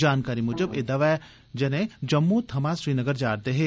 जानकारी मुजब एह् दवै जने जम्मू थमां श्रीनगर जा'रदे हे